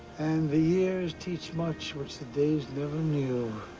and the years teach much which the days never new.